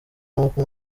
n’uko